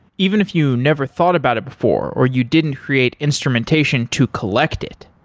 even if you never thought about it before or you didn't create instrumentation to collect it,